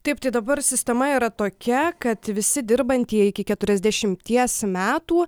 taip dabar sistema yra tokia kad visi dirbantieji iki keturiasdešimties metų